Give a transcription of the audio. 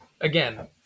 again